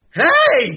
hey